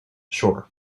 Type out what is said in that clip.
shore